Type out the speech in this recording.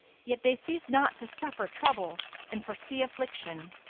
yet they ceased not to suffer trouble and foresee affliction.